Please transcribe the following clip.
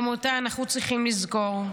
גם אותה אנחנו צריכים לזכור.